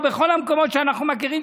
או בכל המקומות שאנחנו מכירים,